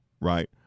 right